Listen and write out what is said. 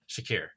Shakir